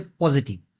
positive